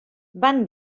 van